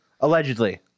Allegedly